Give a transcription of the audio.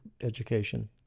education